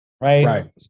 right